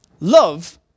Love